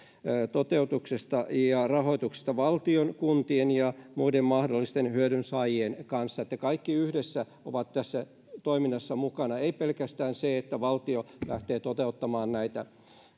toteutuksesta ja rahoituksesta valtion kuntien ja muiden mahdollisten hyödynsaajien kanssa sitä että kaikki yhdessä ovat tässä toiminnassa mukana ei riitä pelkästään se että valtio lähtee toteuttamaan näitä